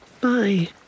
Bye